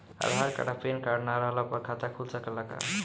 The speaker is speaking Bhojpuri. आधार कार्ड आ पेन कार्ड ना रहला पर खाता खुल सकेला का?